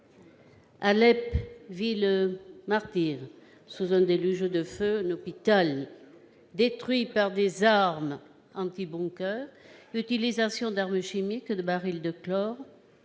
Alep, « ville martyre », sous un déluge de feu : un hôpital détruit par des armes anti-bunker ; l'utilisation d'armes chimiques et de barils de chlore